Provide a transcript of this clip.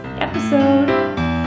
episode